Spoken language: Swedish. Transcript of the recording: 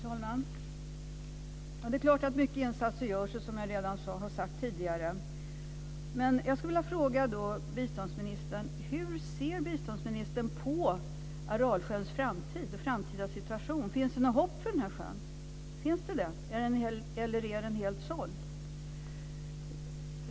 Fru talman! Det är klart att många insatser görs. Det har jag sagt tidigare. Men jag skulle vilja fråga: Hur ser biståndsministern på Aralsjöns framtida situation? Finns det något hopp för den här sjön eller är den helt såld?